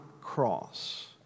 cross